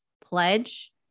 pledge